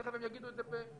תכף הם יגידו את זה בשפתם.